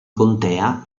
contea